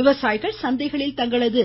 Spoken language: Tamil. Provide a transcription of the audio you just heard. விவசாயிகள் சந்தைகளில் தங்களது